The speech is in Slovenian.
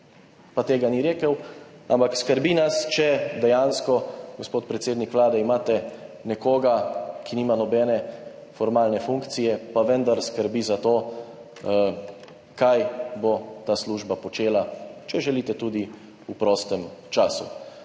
pa tega ni rekel. Ampak skrbi nas, gospod predsednik Vlade, če dejansko imate nekoga, ki nima nobene formalne funkcije, pa vendar skrbi za to, kaj bo ta služba počela, če želite, tudi v prostem času.